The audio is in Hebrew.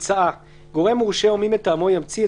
המצאה של צו סגירה מינהלי 5. גורם מורשה או מי מטעמו ימציא את